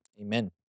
Amen